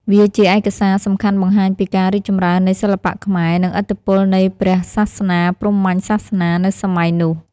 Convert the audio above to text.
វាជាឯកសារសំខាន់បង្ហាញពីការរីកចម្រើននៃសិល្បៈខ្មែរ និងឥទ្ធិពលនៃព្រះសាសនាព្រហ្មញ្ញសាសនានៅសម័យនោះ។